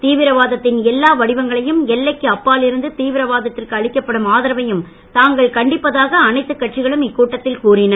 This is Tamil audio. தீவிரவாத்தின் எல்லா வடிவங்களையும் எல்லைக்கு அப்பால் இருந்து தீவிரவாத்திற்கு அளிக்கப்படும் ஆதரவையும் தாங்கள் கண்டிப்பதாக அனைத்துக் கட்சிகளும் இக்கூட்டத்தில் கூறின